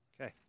Okay